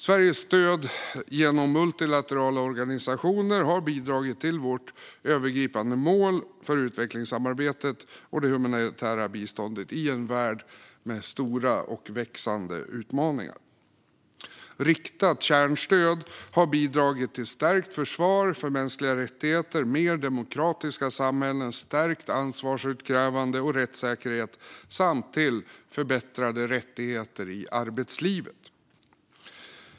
Sveriges stöd genom multilaterala organisationer har bidragit till vårt övergripande mål för utvecklingssamarbetet och det humanitära biståndet i en värld med stora och växande utmaningar. Riktat kärnstöd har bidragit till stärkt försvar för mänskliga rättigheter, mer demokratiska samhällen, stärkt ansvarsutkrävande och rättssäkerhet samt förbättrade rättigheter i arbetslivet.